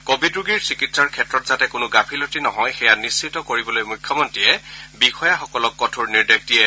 Covid ৰোগীৰ চিকিৎসাৰ ক্ষেত্ৰত যাতে কোনো গাফিলতি নহয় সেয়া নিশ্চিত কৰিবলৈ মুখ্যমন্ত্ৰীয়ে বিষয়াসকলক কঠোৰ নিৰ্দেশ দিয়ে